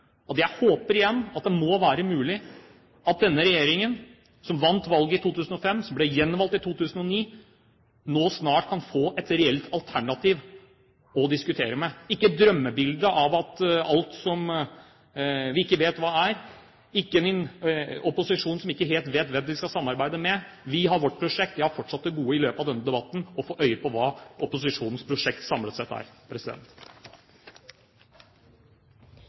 jeg håper igjen at det må være mulig at denne regjeringen, som vant valget i 2005, som ble gjenvalgt i 2009, nå snart kan få et reelt alternativ å diskutere med – ikke et drømmebilde av alt som vi ikke vet hva er, ikke en opposisjon som ikke vet hvem de skal samarbeide med. Vi har vårt prosjekt. Vi har fortsatt til gode i løpet av denne debatten å få øye på hva opposisjonens prosjekt samlet sett er.